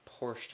Porsche